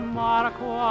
marco